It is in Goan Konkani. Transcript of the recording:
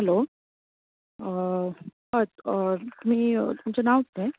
हेलो हय तुमी तुमचे नांव कितें